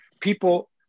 people